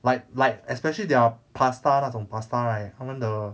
like like especially their pasta 那种 pasta right 他们的